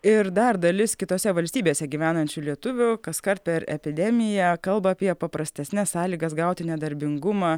ir dar dalis kitose valstybėse gyvenančių lietuvių kaskart per epidemiją kalba apie paprastesnes sąlygas gauti nedarbingumą